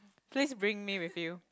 please bring me with you